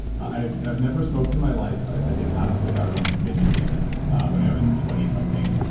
i've i've never smoked in my life. i did half a cigar once, it made me sick when i was twenty something.